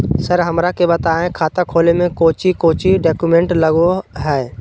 Sir हमरा के बताएं खाता खोले में कोच्चि कोच्चि डॉक्यूमेंट लगो है?